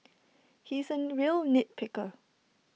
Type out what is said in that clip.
he is A real nit picker